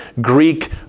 Greek